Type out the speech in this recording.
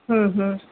ହୁଁ ହୁଁ